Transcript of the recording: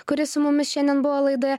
kuri su mumis šiandien buvo laidoje